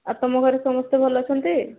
ଆଉ ତୁମ ଘରେ ସମସ୍ତେ ଭଲ ଅଛନ୍ତି